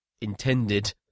intended